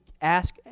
ask